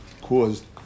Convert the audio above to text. caused